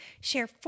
share